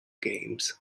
games